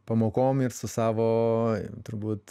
pamokom ir su savo turbūt